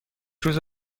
روز